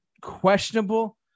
questionable